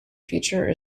feature